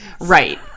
Right